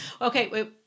Okay